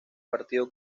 partido